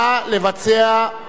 נא לבצע את